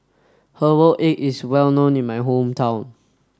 herbal egg is well known in my hometown